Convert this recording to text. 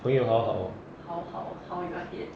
朋友 how how how how you are here